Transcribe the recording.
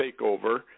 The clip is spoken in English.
takeover